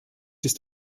ist